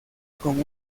con